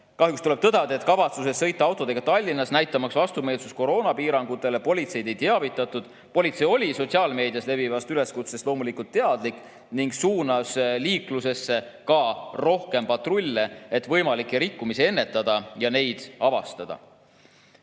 Kahjuks tuleb tõdeda, et kavatsusest sõita autodega Tallinnas, näitamaks vastumeelsust koroonapiirangutele, politseid ei teavitatud. Politsei oli aga sotsiaalmeedias levinud üleskutsest loomulikult teadlik ning suunas liiklusesse ka rohkem patrulle, et võimalikke rikkumisi ennetada ja neid avastada."Milliste